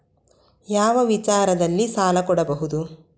ಯಾವ ವಿಚಾರದಲ್ಲಿ ಸಾಲ ಕೊಡಬಹುದು?